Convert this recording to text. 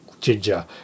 ginger